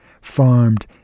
farmed